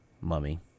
mummy